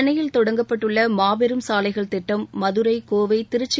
சென்னையில் தொடங்கப்பட்டுள்ள மாபெரும் சாலைகள் திட்டம் மதுரை கோவை திருச்சி